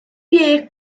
year